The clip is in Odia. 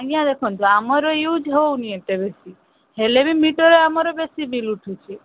ଆଜ୍ଞା ଦେଖନ୍ତୁ ଆମର ଇଉଜ୍ ହେଉନି ଏତେ ବେଶୀ ହେଲେ ବି ମିଟର୍ରେ ଆମର ବେଶୀ ବିଲ୍ ଉଠୁଛି